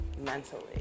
mentally